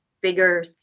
bigger